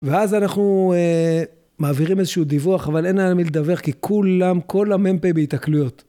ואז אנחנו מעבירים איזשהו דיווח, אבל אין להם על מי לדבר כי כולם, כל המ"פ בהתקלויות.